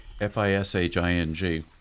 F-I-S-H-I-N-G